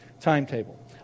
timetable